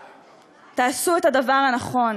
אל תפחדו, תעשו את הדבר הנכון.